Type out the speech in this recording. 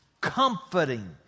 comforting